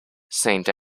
sainte